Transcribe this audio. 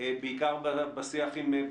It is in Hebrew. עשינו בדיקה של השוק בעניין הזה,